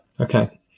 Okay